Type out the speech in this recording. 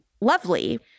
lovely